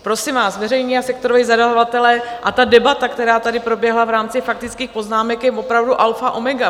Prosím vás, veřejní a sektoroví zadavatelé a ta debata, která tady proběhla v rámci faktických poznámek, je opravdu alfa omega.